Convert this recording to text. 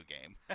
game